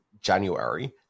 January